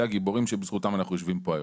אלו הגיבורים שבזכותם אנחנו יושבים פה היום.